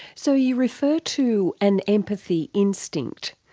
so you refer to an empathy instinct.